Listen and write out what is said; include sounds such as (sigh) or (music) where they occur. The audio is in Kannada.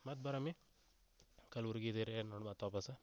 ಮತ್ತು ಬರಮ್ಮಿ ಕಲ್ಬುರ್ಗಿದರೇನು (unintelligible) ಮತ್ತು ವಾಪಾಸ್